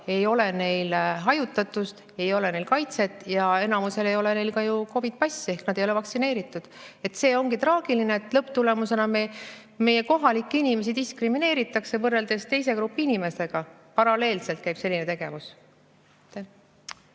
Ei ole neil hajutatust, ei ole neil kaitset ja enamusel ei ole ju ka COVID-i passi ehk nad ei ole vaktsineeritud. See ongi traagiline, et lõpptulemusena meie kohalikke inimesi diskrimineeritakse võrreldes grupi teiste inimestega. Paralleelselt käib selline tegevus.